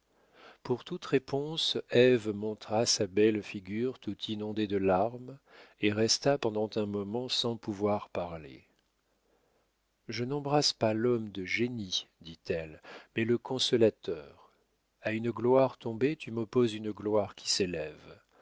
pour toute réponse ève montra sa belle figure tout inondée de larmes et resta pendant un moment sans pouvoir parler je n'embrasse pas l'homme de génie dit-elle mais le consolateur a une gloire tombée tu m'opposes une gloire qui s'élève